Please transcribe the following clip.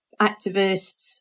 activists